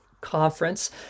conference